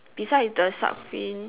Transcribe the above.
besides the shark fin